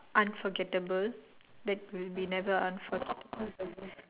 unforgettable that will be never unforgettable